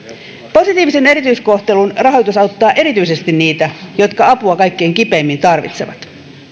positiivisen erityiskohtelun rahoitus auttaa erityisesti niitä jotka apua kaikkein kipeimmin tarvitsevat